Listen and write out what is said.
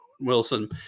Wilson